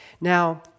Now